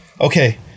Okay